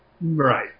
Right